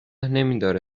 نمیداره